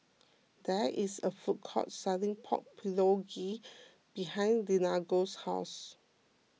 there is a food court selling Pork Bulgogi behind Deangelo's house